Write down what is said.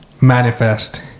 manifest